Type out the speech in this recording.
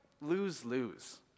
lose-lose